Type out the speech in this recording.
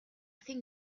think